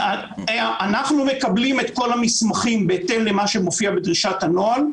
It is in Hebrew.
אנחנו מקבלים את כל המסמכים בהתאם למה שמופיע בדרישת הנוהל.